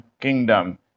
kingdom